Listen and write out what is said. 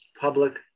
public